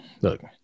look